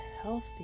healthy